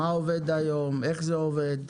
מה עובד היום, איך זה עובד,